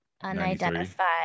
unidentified